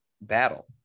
battle